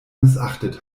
missachtet